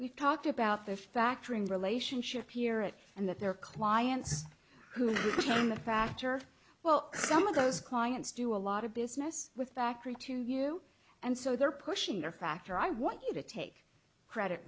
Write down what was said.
we've talked about their factoring relationship pirit and that their clients who are on the factor well some of those clients do a lot of business with factory to view and so they're pushing their factor i want you to take credit